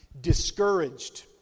discouraged